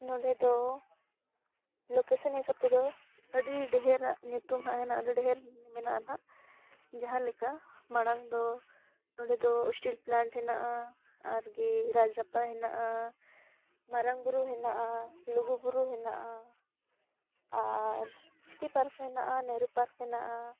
ᱱᱚᱰᱮ ᱫᱚ ᱞᱳᱠᱮᱥᱚᱱ ᱦᱤᱥᱟᱹᱵ ᱛᱮᱫᱚ ᱟᱹᱰᱤ ᱰᱷᱮᱨᱟᱜ ᱧᱩᱛᱩᱢ ᱱᱟᱦᱟᱸᱜ ᱦᱮᱱᱟᱜᱼᱟ ᱟᱹᱰᱤ ᱰᱷᱮᱨ ᱢᱮᱱᱟᱜᱼᱟ ᱱᱟᱦᱟᱸᱜ ᱡᱟᱦᱟᱸ ᱞᱮᱠᱟ ᱢᱟᱲᱟᱝ ᱫᱚ ᱱᱚᱰᱮ ᱫᱚ ᱤᱥᱴᱤᱞ ᱯᱞᱟᱴ ᱦᱮᱱᱟᱜᱼᱟ ᱟᱨ ᱜᱮ ᱨᱟᱡᱽ ᱨᱟᱯᱯᱟ ᱦᱮᱱᱟᱜᱼᱟ ᱢᱟᱨᱟᱝ ᱵᱩᱨᱩ ᱦᱮᱱᱟᱜᱼᱟ ᱞᱩᱜᱩᱵᱩᱨᱩ ᱦᱮᱱᱟᱜᱼᱟ ᱟᱨ ᱥᱤᱴᱤ ᱯᱟᱨᱠ ᱦᱮᱱᱟᱜᱼᱟ ᱱᱮᱦᱨᱩ ᱯᱟᱨᱠ ᱦᱮᱱᱟᱜᱼᱟ